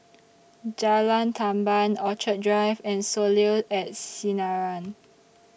Jalan Tamban Orchid Drive and Soleil At Sinaran